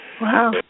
Wow